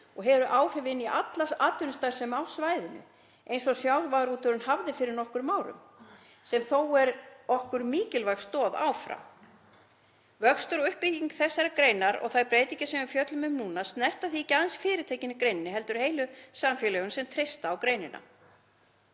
og hefur áhrif inn í alla atvinnustarfsemi á svæðinu eins og sjávarútvegurinn hafði fyrir nokkrum árum, sem þó er okkur mikilvæg stoð áfram. Vöxtur og uppbygging þessarar greinar og þær breytingar sem við fjöllum um núna snerta því ekki aðeins fyrirtækin í greininni heldur heilu samfélögin sem treysta á greinina.